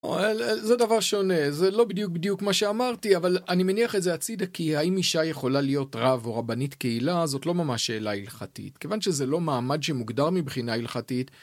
זה דבר שונה זה לא בדיוק בדיוק מה שאמרתי אבל אני מניח את זה הצידקי האם אישה יכולה להיות רב או רבנית קהילה זאת לא ממש שאלה הלכתית כיוון שזה לא מעמד שמוגדר מבחינה הלכתית